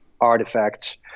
artifacts